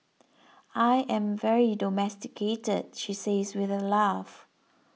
I am very domesticated she says with a laugh